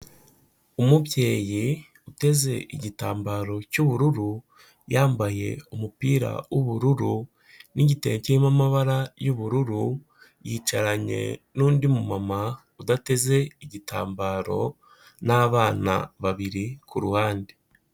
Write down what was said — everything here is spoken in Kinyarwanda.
Umubyeyi uteze igitambaro cy'ubururu, yambaye umupira w'ubururu n'igitenge kirimo amabara y'ubururu, yicaranye n'undi mumama udateze igitambaro n'abana babiri ku ruhande.